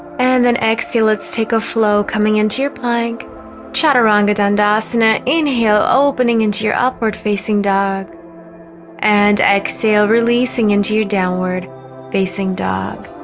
and then exhale let's take a flow coming into your plank chaturanga dandasana inhale opening into your upward facing dog and exhale releasing into your downward facing dog